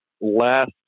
last